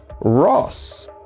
Ross